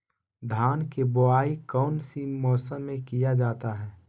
धान के बोआई कौन सी मौसम में किया जाता है?